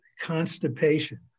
constipation